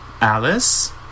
Alice